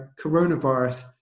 coronavirus